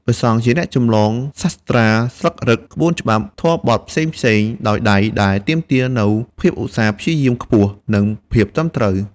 ព្រះសង្ឃជាអ្នកចម្លងសាត្រាស្លឹករឹត ក្បួនច្បាប់ ធម្មបទផ្សេងៗដោយដៃ ដែលទាមទារនូវភាពឧស្សាហ៍ព្យាយាមខ្ពស់ និងភាពត្រឹមត្រូវ។